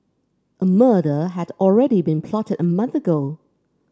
a murder had already been plotted a month ago